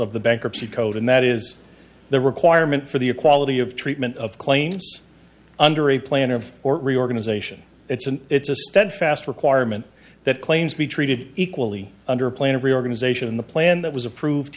of the bankruptcy code and that is the requirement for the equality of treatment of claims under a plan of or reorganization it's an it's a steadfast requirement that claims be treated equally under a plan of reorganization the plan that was approved